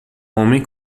homem